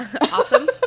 Awesome